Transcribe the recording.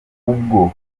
ubwo